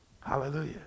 hallelujah